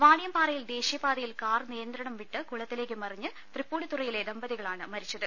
വാണിയംപാറയിൽ ദേശീയപാതയിൽ കാർ നിയന്ത്രണംവിട്ട് കുളത്തിലേക്ക് മറിഞ്ഞ് തൃപ്പുണിത്തുറയിലെ ദമ്പതികളാണ് മരി ച്ചത്